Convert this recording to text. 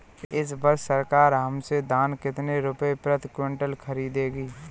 इस वर्ष सरकार हमसे धान कितने रुपए प्रति क्विंटल खरीदेगी?